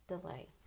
delay